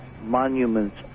monuments